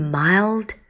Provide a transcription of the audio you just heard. mild